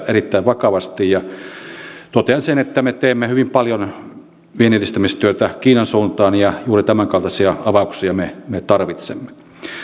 erittäin vakavasti totean sen että me teemme hyvin paljon vienninedistämistyötä kiinan suuntaan ja juuri tämänkaltaisia avauksia me me tarvitsemme